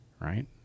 right